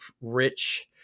rich